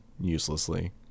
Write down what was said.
uselessly